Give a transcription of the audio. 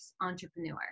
entrepreneur